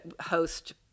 host